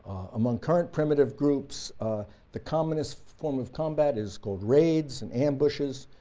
among current primitive groups the commonest form of combat is called raids and ambushes,